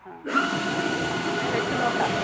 അങ്ങനെ വെച്ച് നോക്കുക